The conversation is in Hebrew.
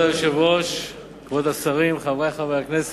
כבוד היושב-ראש, כבוד השרים, חברי חברי הכנסת,